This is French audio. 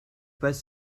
pas